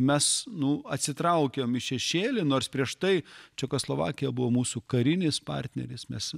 mes nu atsitraukėm į šešėlį nors prieš tai čekoslovakija buvo mūsų karinis partneris mes